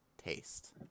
taste